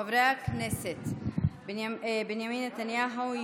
חברי הכנסת בנימין נתניהו,